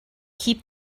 keep